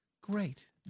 Great